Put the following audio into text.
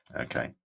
Okay